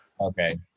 Okay